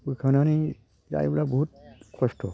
बोखांनानै जायोब्ला बुहुत खस्थ'